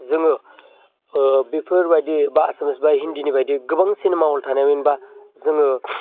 जोङो ओ बिफोरबायदि बा सोरबा सोरबा हिन्दीनिबायदि गोबां सिनेमा हल थानायमोनब्ला जोङो